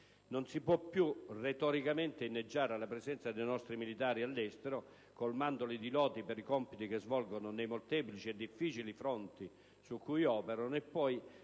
Non si può più retoricamente inneggiare alla presenza dei nostri militari all'estero, colmandoli di lodi per i compiti che svolgono nei molteplici e difficili fronti su cui operano, e poi